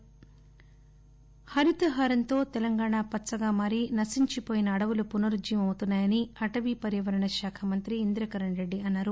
ఇంద్రకరణ్ హరితహారం తో తెలంగాణ పచ్చగా మారి నశించి పోయిన అడవులు పునర్జీవం అవుతున్నాయని అటవీ పర్యావరణ శాఖ మంత్రి ఇంద్రకరణ్ రెడ్డి అన్నారు